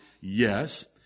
Yes